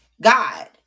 God